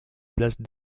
place